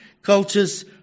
cultures